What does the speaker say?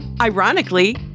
Ironically